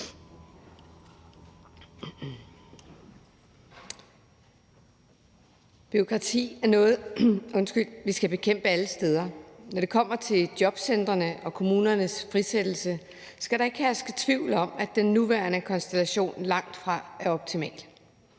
Bureaukrati er noget, vi skal bekæmpe alle steder, og når det kommer til jobcentrene og kommunernes frisættelse, skal der ikke herske tvivl om, at den nuværende konstellation langtfra er optimal.